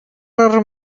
are